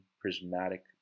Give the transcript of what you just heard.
prismatic